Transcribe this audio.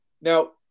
Now